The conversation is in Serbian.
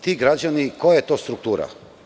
Ti građani, koja je to struktura?